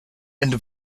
into